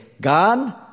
God